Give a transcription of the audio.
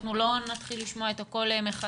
אנחנו לא נתחיל לשמוע את הכול מחדש.